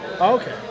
Okay